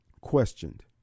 questioned